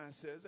says